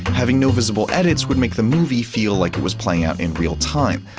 having no visible edits would make the movie feel like it was playing out in real time,